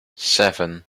seven